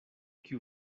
kiu